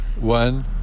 One